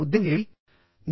నా ఉద్దేశం ఏమిటి